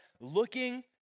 looking